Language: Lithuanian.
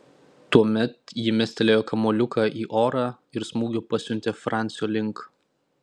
tuomet ji mestelėjo kamuoliuką į orą ir smūgiu pasiuntė francio link